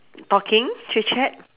talking chit chat